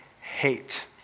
hate